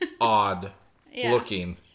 odd-looking